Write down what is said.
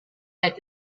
had